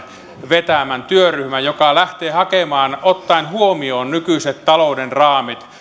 vetämän työryhmän joka lähtee hakemaan ottaen huomioon nykyiset talouden raamit